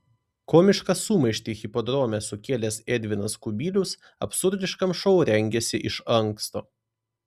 komišką sumaištį hipodrome sukėlęs edvinas kubilius absurdiškam šou rengėsi iš anksto